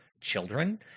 children